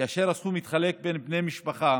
הסכום מתחלק בין בני משפחה